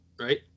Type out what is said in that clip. right